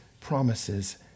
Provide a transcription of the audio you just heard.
promises